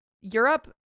Europe